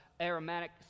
aromatic